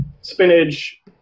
Spinach